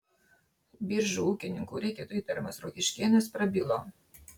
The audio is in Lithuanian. biržų ūkininkų reketu įtariamas rokiškėnas prabilo